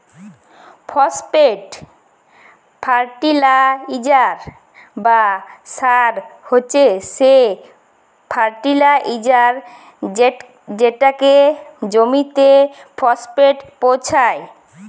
phosphate fertiliser বা সার হছে সে ফার্টিলাইজার যেটতে জমিতে ফসফেট পোঁছায়